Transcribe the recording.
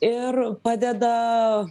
ir padeda